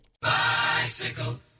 Bicycle